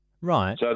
Right